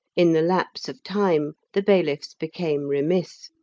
in the lapse of time the bailiffs became remiss,